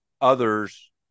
others